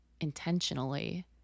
intentionally